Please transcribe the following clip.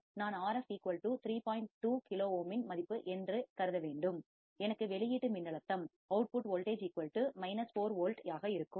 2K ஓமின் மதிப்பு என்று கருத வேண்டும் எனக்கு வெளியீட்டு மின்னழுத்தம் அவுட்புட் வோல்டேஜ் 4 வோல்ட் ஆக இருக்கும்